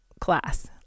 class